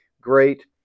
great